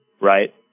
right